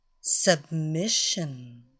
Submission